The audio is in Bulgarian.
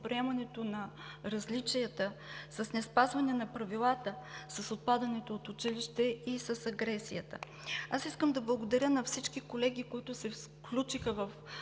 неприемането на различията, с неспазване на правилата, с отпадането от училище и с агресията. Аз искам да благодаря на всички колеги, които се включиха в